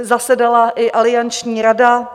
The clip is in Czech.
Zasedala i alianční rada.